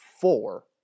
four